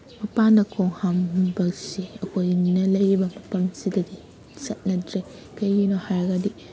ꯃꯄꯥꯟꯗ ꯈꯣꯡ ꯍꯥꯝꯕꯁꯦ ꯑꯩꯈꯣꯏꯅ ꯂꯩꯔꯤꯕ ꯃꯐꯝꯁꯤꯗꯗꯤ ꯆꯠꯅꯗ꯭ꯔꯦ ꯀꯔꯤꯒꯤꯅꯣ ꯍꯥꯏꯔꯒꯗꯤ